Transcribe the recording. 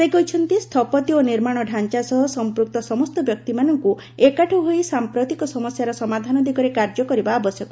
ସେ କହିଛନ୍ତି ସ୍ଥୁପତି ଓ ନିର୍ମାଣ ଢ଼ାଞ୍ଚା ସହ ସଂପୃକ୍ତ ସମସ୍ତ ବ୍ୟକ୍ତିମାନଙ୍କୁ ଏକାଠି ହୋଇ ସାଂପ୍ରତିକ ସମସ୍ୟାର ସମାଧାନ ଦିଗରେ କାର୍ଯ୍ୟ କରିବା ଆବଶ୍ୟକ